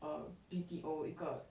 err B_T_O 一个